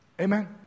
amen